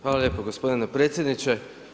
Hvala lijepo gospodine predsjedniče.